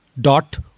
dot